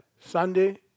Sunday